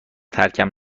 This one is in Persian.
ترکم